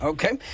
Okay